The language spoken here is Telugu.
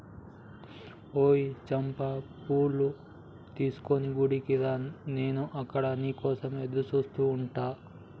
ఓయ్ చంపా పూలు తీసుకొని గుడికి రా నాను అక్కడ నీ కోసం ఎదురుచూస్తు ఉంటా